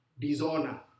Dishonor